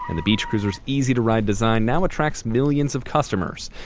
and the beach cruiser's easy-to-ride design now attracts millions of customers,